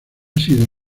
sido